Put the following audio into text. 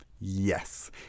Yes